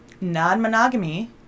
Non-monogamy